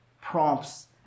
prompts